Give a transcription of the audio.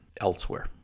elsewhere